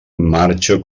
marxa